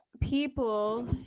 people